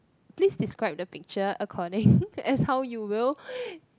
please describe the picture according as how you will